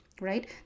right